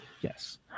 Yes